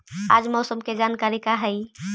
आज मौसम के जानकारी का हई?